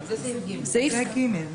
סעיף (ג).